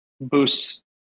boosts